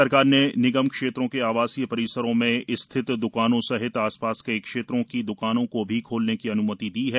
सरकार ने निगम क्षेत्रों के आवासीय परिसरों में स्थित दुकानों सहित आसपास के क्षेत्रों की दुकानों को भी खोलने की अनुमति दी है